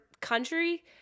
country